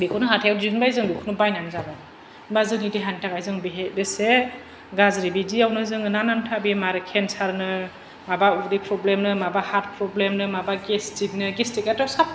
बेखौनो हाथायाव दिहुनबाय जों बेखौनो बायनानै जाबाय होमबा जोंनि देहानि थाखाय जों बेहे बेसे गाज्रि बिदियावनो जोङो नाना नाथा बेमार केन्सारनो माबा उदै प्रब्लेमनो माबा हार्ट प्रब्लेमनो माबा गेसथिकनो गेसथिकआथ' साफ